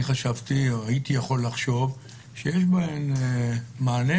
חשבתי או הייתי יכול לחשוב שיש בהם מענה,